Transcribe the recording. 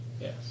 Yes